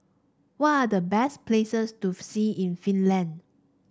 what are the best places to see in Finland